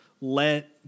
let